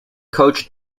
coached